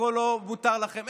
הכול לא מותר לכם.